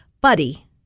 buddy